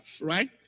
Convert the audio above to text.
right